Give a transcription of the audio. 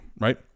right